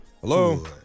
Hello